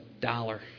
dollar